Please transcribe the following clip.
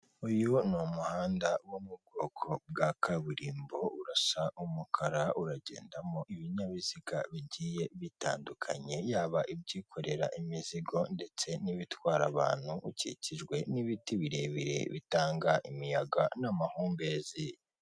Uyu ni umuhanda wo mu bwoko bwa kaburimbo urasa umukara, uragendamo ibinyabiziga bigiye bitandukanye, yaba ibyikorera imizigo ndetse n'ibitwara abantu, ukikijwe n'ibiti birebire bitanga imiyaga n'amahumbezi.